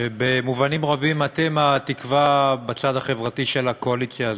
שבמובנים רבים אתם התקווה בצד החברתי של הקואליציה הזאת,